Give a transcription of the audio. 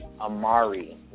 Amari